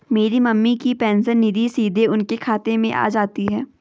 मेरी मम्मी की पेंशन निधि सीधे उनके खाते में आ जाती है